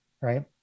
right